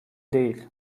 değil